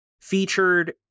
featured